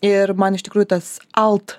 ir man iš tikrųjų tas alt